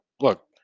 look